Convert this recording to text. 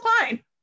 fine